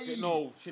No